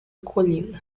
colina